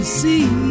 see